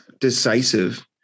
decisive